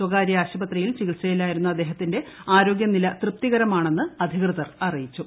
സ്ഥകാരൃ ആശുപത്രിയിൽ ചികിത്സയിലിരിക്കുന്ന അദ്ദേഹത്തിന്റെ ആരോഗ്യനില തൃപ്തികരമാണെന്ന് അധികൃതർ അറിയിച്ചു